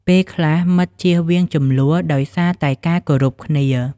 ពេលខ្លះ មិត្តជៀសវាងជម្លោះដោយសារតែការគោរពគ្នា។